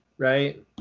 Right